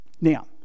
Now